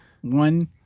One